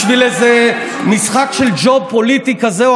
בשביל איזה משחק של ג'וב פוליטי כזה או